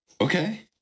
Okay